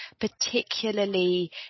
particularly